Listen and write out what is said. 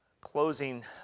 closing